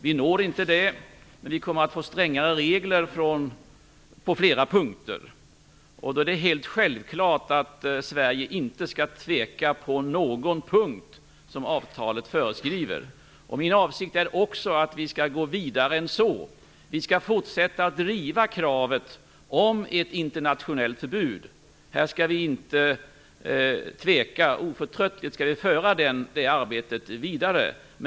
Nu når vi inte dit, men reglerna kommer att bli strängare på flera punkter. Då är det helt självklart att Sverige inte skall tveka på någon punkt som avtalet föreskriver. Min avsikt är också att vi skall gå längre än så. Vi skall fortsätta att driva kravet på ett internationellt förbud. Här skall vi inte tveka. Oförtröttligt skall vi föra detta arbete vidare.